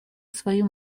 свою